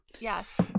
yes